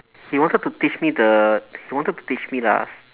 he wanted to teach me the he wanted to teach me lah